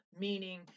meaning